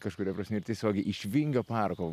kažkuria prasme ir tiesiogiai iš vingio parko